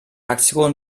aktion